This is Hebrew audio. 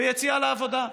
ביציאה לעבודה,